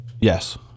Yes